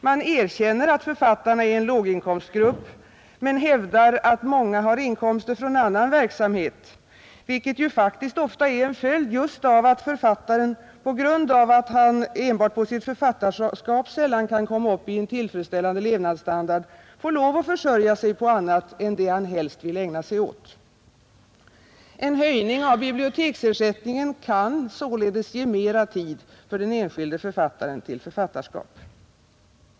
Man erkänner att författarna är en låginkomstgrupp men hävdar att många har inkomster från annan verksamhet, vilket ju faktiskt ofta är en följd just av att författaren, på grund av att han enbart på sitt författarskap sällan kan komma upp i en tillfredsställande levnadsstandard, får försörja sig på annat än det han helst ville ägna sig åt. En höjning av biblioteksersättningen kan således ge mera tid för den enskilde författaren till författarskap.